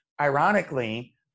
Ironically